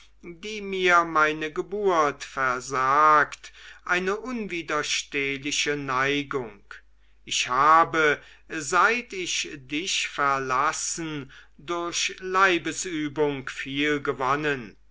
die mir meine geburt versagt eine unwiderstehliche neigung ich habe seit ich dich verlassen durch leibesübung viel gewonnen